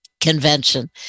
convention